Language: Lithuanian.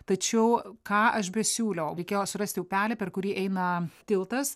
tačiau ką aš besiūliau reikėjo surasti upelį per kurį eina tiltas